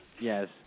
Yes